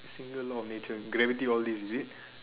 single law major gravity all this is it